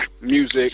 music